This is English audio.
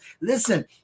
Listen